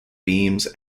beams